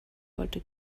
wollte